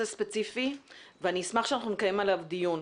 ספציפי ואני אשמח שנקיים עליו דיון.